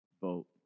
vote